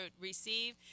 receive